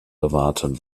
erwarten